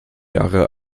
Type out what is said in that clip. jahre